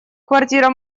квартира